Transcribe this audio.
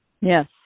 Yes